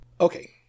Okay